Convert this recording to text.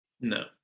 No